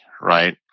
right